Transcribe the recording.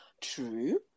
True